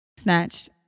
Snatched